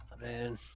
Man